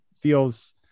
feels